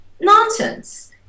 nonsense